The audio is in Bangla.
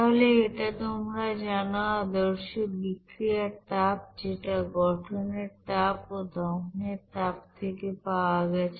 তাহলে এটা তোমরা জানো আদর্শ বিক্রিয়ার তাপ যেটা গঠনের তাপ ও দহনের তাপ থেকে পাওয়া গেছে